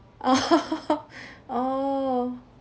oh oh